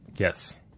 Yes